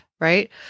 right